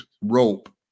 rope